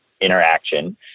interaction